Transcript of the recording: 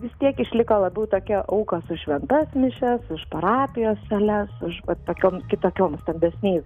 vis tiek išliko labiau tokia aukos už šventas mišias už parapijos sales už vat tokiom kitokiom stambesniais